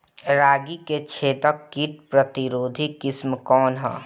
रागी क छेदक किट प्रतिरोधी किस्म कौन ह?